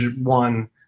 one